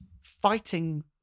fighting